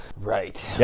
Right